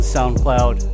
SoundCloud